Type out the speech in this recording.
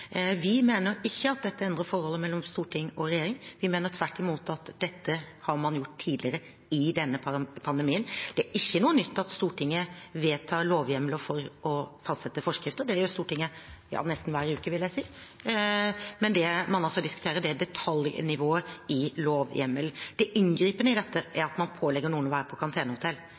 Vi mener ikke at dette endrer forholdet mellom storting og regjering. Vi mener tvert imot at dette har man gjort tidligere i denne pandemien. Det er ikke noe nytt at Stortinget vedtar lovhjemler og fastsetter forskrifter, det gjør Stortinget nesten hver uke, vil jeg si. Men det man altså diskuterer, er detaljnivået i lovhjemmelen. Det inngripende i dette er at man pålegger noen å være på